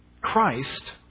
Christ